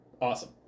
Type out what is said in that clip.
Awesome